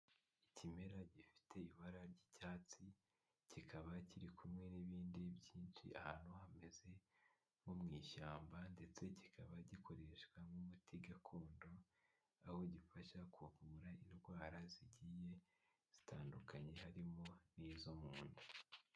Ikimera gifite ibara ry'icyatsi kikaba kiri kumwe n'ibindi byinshi ahantu hameze nko mu ishyamba ndetse kikaba gikoreshwa nk'umuti gakondo aho gifasha kuvura indwara zigiye zitandukanye harimo n'izo mu nda.